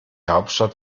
hauptstadt